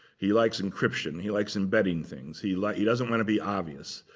he likes encryption. he likes embedding things. he like he doesn't want to be obvious.